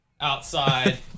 outside